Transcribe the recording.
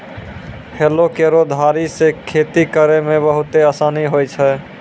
हलो केरो धारी सें खेती करै म बहुते आसानी होय छै?